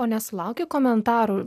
o nesulauki komentarų